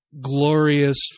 glorious